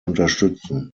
unterstützen